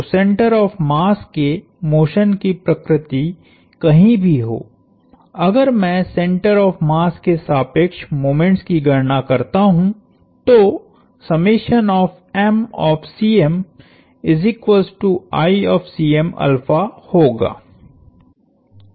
तो centre of mass के motion की प्रकृति कहीं भी हो अगर मैं सेंटर ऑफ़ मास के सापेक्ष मोमेंट्स की गणना करता हूंतो होगा